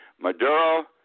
Maduro